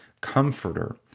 comforter